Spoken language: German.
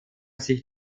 sich